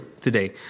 today